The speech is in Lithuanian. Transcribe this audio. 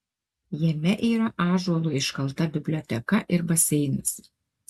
jame yra ąžuolu iškalta biblioteka ir baseinas